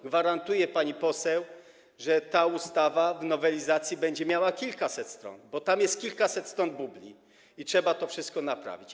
Gwarantuję, pani poseł, że ta ustawa w nowelizacji będzie miała kilkaset stron, bo tam jest kilkaset stron bubli i trzeba to wszystko naprawić.